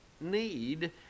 need